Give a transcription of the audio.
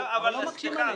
אבל לא מקשים עליהם.